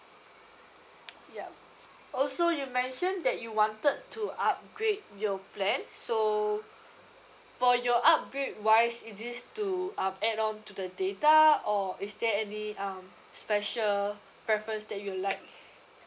ya also you mentioned that you wanted to upgrade your plan so for your upgrade wise is this to uh add on to the data or is there any um special preference that you'd like